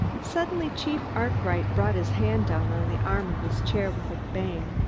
suddenly chief arkwright brought his hand down on the arm of his chair with a bang.